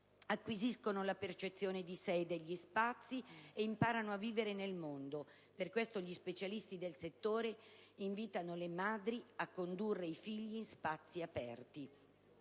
Acquisiscono la percezione di sé e degli spazi e imparano a vivere nel mondo. Per questo gli specialisti del settore invitano le madri a condurre i figli in spazi aperti.